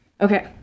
Okay